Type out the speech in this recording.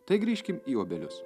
tai grįžkime į obelius